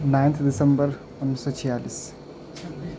ninth دسمبر انیس سو چھیالس